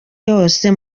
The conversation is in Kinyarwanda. yose